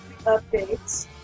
updates